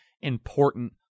important